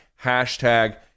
hashtag